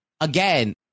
again